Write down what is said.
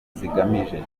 zigamije